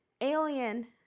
alien